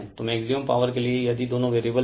तो maximum power के लिए यदि दोनों वेरिएबल हैं